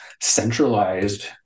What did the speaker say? centralized